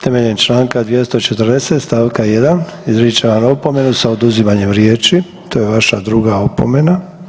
Temeljem Članka 240. stavka 1. izričem vam opomenu sa oduzimanjem riječi, to je vaša druga opomena.